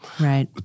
Right